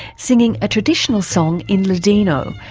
singing a traditional song in ladino,